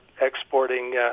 exporting